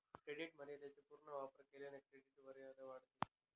credit मर्यादेचा पूर्ण वापर केल्याने क्रेडिट वापरमर्यादा वाढते